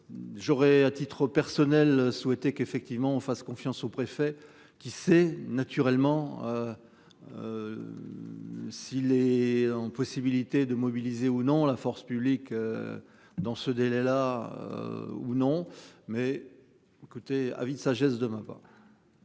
J'aurai à titre personnel souhaité qu'effectivement on fasse confiance aux préfets, qui s'est naturellement. S'il est en possibilité de mobiliser ou non la force publique. Dans ce délai-là. Ou non mais. Écoutez, avis de sagesse de ma part.